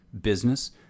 business